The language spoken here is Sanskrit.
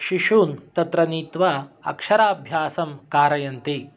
शिशून् तत्र नीत्वा अक्षराभ्यासं कारयन्ति